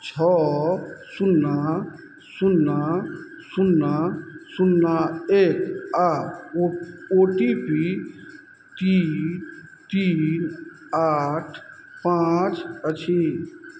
छओ सुन्ना सुन्ना सुन्ना सुन्ना एक आओर ओ ओ टी पी तीन तीन आठ पाँच अछि